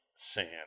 Sand